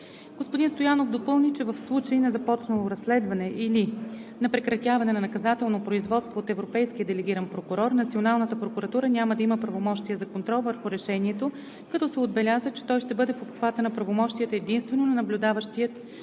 Господин Стоянов допълни, че в случай на започнало разследване или на прекратяване на наказателно производство от европейския делегиран прокурор националната прокуратура няма да има правомощия за контрол върху решението, като се отбеляза, че той ще бъде в обхвата на правомощията единствено на наблюдаващия